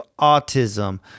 autism